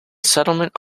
settlement